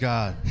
God